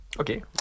Okay